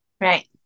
Right